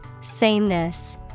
Sameness